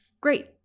Great